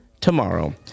tomorrow